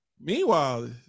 meanwhile